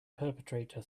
perpetrator